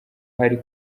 hari